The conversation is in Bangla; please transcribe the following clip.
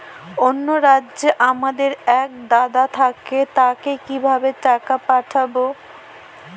অন্য রাজ্যে আমার এক দাদা থাকে তাকে কিভাবে টাকা পাঠাবো?